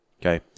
Okay